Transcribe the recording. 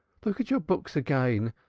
look at your books again.